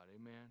Amen